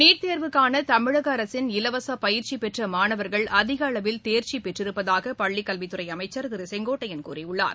NEET தேர்வுக்காள தமிழக அரசின் இலவச பயிற்சி பெற்ற மாணவர்கள் அதிக அளவில் தேர்ச்சி பெற்றிருப்பதாக பள்ளிக்கல்வித்துறை அமைச்சர் திரு கே ஏ செங்கோட்டையன் கூறியுள்ளார்